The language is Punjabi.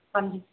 ਹਾਂਜੀ